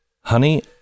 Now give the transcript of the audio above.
Honey